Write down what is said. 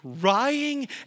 crying